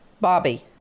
Bobby